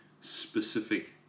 specific